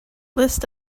list